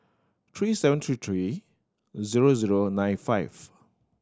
three seven three three zero zero nine five